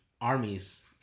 armies